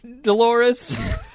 Dolores